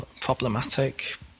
problematic